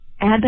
add